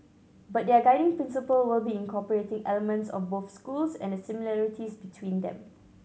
but their guiding principle will be incorporating elements of both schools and the similarities between them